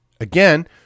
again